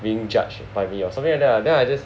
being judged by me or something like that lah then I just